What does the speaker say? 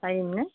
পাৰিম নে